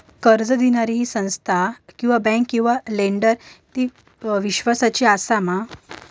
कर्ज दिणारी ही संस्था किवा बँक किवा लेंडर ती इस्वासाची आसा मा?